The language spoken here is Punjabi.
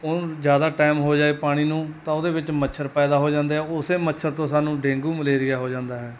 ਉਹਨੂੰ ਜ਼ਿਆਦਾ ਟਾਇਮ ਹੋ ਜਾਵੇ ਪਾਣੀ ਨੂੰ ਤਾਂ ਉਹਦੇ ਵਿੱਚ ਮੱਛਰ ਪੈਦਾ ਹੋ ਜਾਂਦੇ ਆ ਉਸ ਮੱਛਰ ਤੋਂ ਸਾਨੂੰ ਡੇਂਗੂ ਮਲੇਰੀਆ ਹੋ ਜਾਂਦਾ ਹੈ